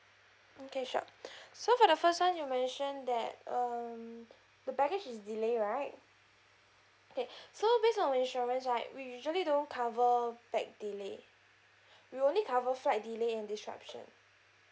okay sure so the first one you mention that um the baggage is delay right okay so based on our insurance right we usually don't cover baggage delay we only cover flight delay and disruption